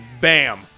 Bam